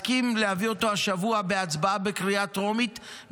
אפשר להסכים להביא אותו השבוע בהצבעה בקריאה טרומית,